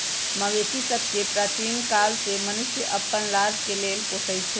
मवेशि सभके प्राचीन काले से मनुष्य अप्पन लाभ के लेल पोसइ छै